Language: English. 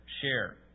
share